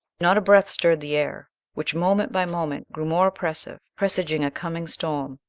not a breath stirred the air, which moment by moment grew more oppressive, presaging a coming storm.